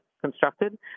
constructed